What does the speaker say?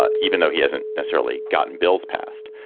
ah even though he hasn't necessarily gotten bills passed.